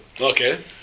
Okay